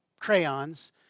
crayons